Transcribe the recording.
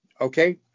Okay